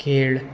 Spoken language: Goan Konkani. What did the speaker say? खेळ